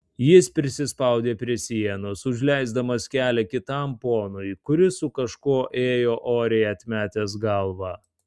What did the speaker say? jis prisispaudė prie sienos užleisdamas kelią kitam ponui kuris su kažkuo ėjo oriai atmetęs galvą